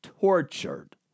tortured